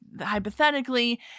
hypothetically